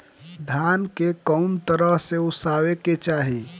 धान के कउन तरह से ओसावे के चाही?